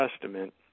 Testament